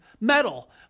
metal